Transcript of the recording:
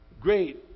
Great